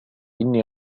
إني